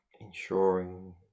ensuring